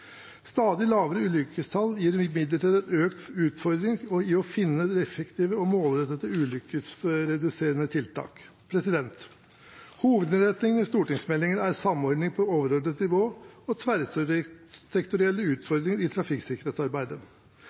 Stadig lavere ulykkestall gir imidlertid en økt utfordring med å finne effektive og målrettede ulykkesreduserende tiltak. Hovedinnretningen i stortingsmeldingen er samordning på overordnet nivå og tverrsektorielle utfordringer i trafikksikkerhetsarbeidet.